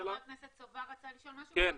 חבר הכנסת סובה רצה לשאול משהו.